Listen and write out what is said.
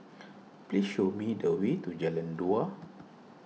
please show me the way to Jalan Dua